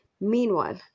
Meanwhile